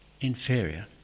inferior